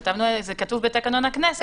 זה כתוב בתקנון הכנסת,